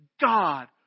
God